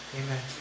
Amen